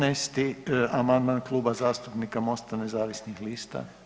13. amandman Kluba zastupnika Mosta nezavisnih lista.